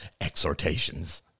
exhortations